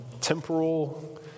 temporal